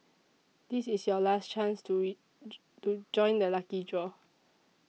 this is your last chance to join the lucky draw